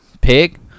pig